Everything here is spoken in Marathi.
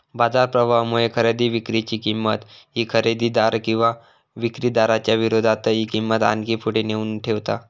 बाजार प्रभावामुळे खरेदी विक्री ची किंमत ही खरेदीदार किंवा विक्रीदाराच्या विरोधातही किंमत आणखी पुढे नेऊन ठेवता